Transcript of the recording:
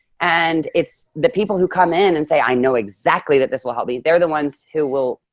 and it's the people who come in and say, i know exactly that this will help me. they're the ones who will,